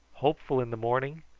hopeful in the morning,